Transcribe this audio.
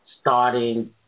starting